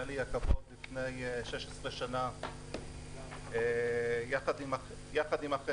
היה לי הכבוד לפני 16 שנה יחד עם אחרים